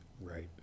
Right